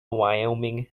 wyoming